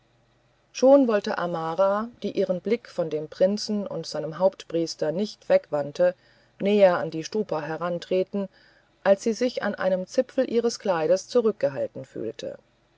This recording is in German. schon wollte amara die ihren blick von dem prinzen und seinem hauptpriester nicht wegwandte näher an die stupa herantreten als sie sich an einem zipfel ihres kleides zurückgehalten fühlte